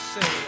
Say